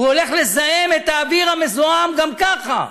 הוא הולך לזהם את האוויר המזוהם גם ככה,